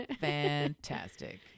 Fantastic